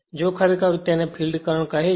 જો ખરેખર તેને ફિલ્ડ કરંટ કહે છે